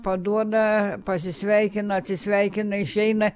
paduoda pasisveikina atsisveikina išeina